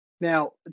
Now